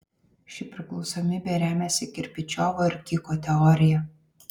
ši priklausomybė remiasi kirpičiovo ir kiko teorija